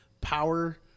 power